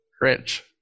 rich